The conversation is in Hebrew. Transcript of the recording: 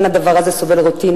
אין הדבר סובל רוטינה,